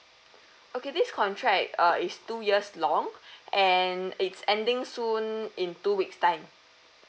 okay this contract uh is two years long and it's ending soon in two weeks time